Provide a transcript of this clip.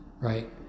right